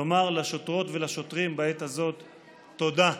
לומר לשוטרות ולשוטרים בעת הזאת תודה.